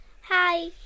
Hi